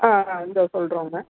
ஆ ஆ இதோ சொல்கிறோங்க